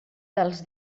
dels